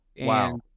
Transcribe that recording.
Wow